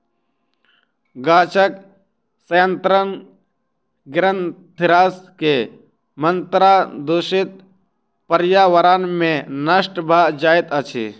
गाछक सयंत्र ग्रंथिरस के मात्रा दूषित पर्यावरण में नष्ट भ जाइत अछि